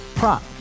Prop